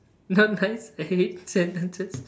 not nice eight sentences